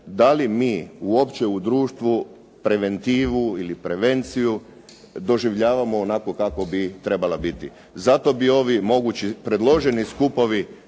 da li mi uopće u društvu preventivu ili prevenciju doživljavamo onako kako bi trebala biti? Zato bi ovi mogući predloženi skupovi